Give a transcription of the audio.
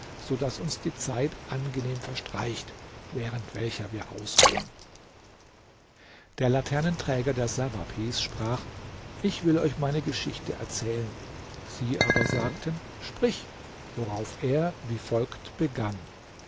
so daß uns die zeit angenehm verstreicht während welcher wir ausruhen der laternenträger der sawab hieß sprach ich will euch meine geschichte erzählen sie aber sagten sprich worauf er wie folgt begann